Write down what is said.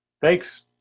thanks